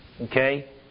Okay